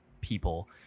people